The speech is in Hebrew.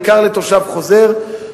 בעיקר לתושב חוזר,